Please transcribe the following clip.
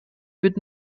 wird